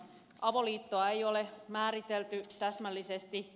avoliittoa ei ole määritelty täsmällisesti